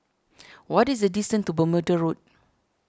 what is the distance to Bermuda Road